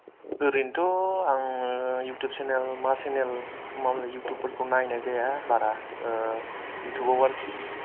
ओरैनोथ' आङो YouTube channel मा सेनेल मालाय युटुबफोरखौ नायनाय जाया बारा ओ युटुबाव आरोखि